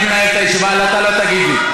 אני מנהל את הישיבה ואתה לא תגיד לי.